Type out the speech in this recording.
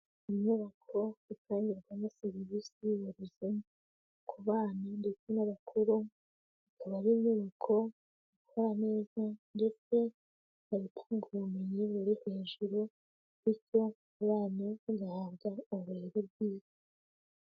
Inyubako itangirwamo serivisi z'uburezi ku bana ndetse n'abakuru, ikaba ari inyubako ikora neza ndetse ikaba itanga ubumenyi buri hejuru, bityo abana bagahabwa uburere bwiza .